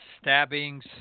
stabbings